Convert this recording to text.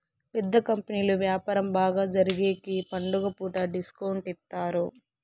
పెద్ద కంపెనీలు వ్యాపారం బాగా జరిగేగికి పండుగ పూట డిస్కౌంట్ ఇత్తారు